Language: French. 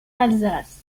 alsace